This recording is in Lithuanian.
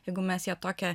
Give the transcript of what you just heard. jeigu mes ją tokią